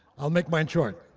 i'll make mine short.